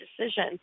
decision